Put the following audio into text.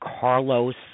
Carlos